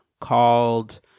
called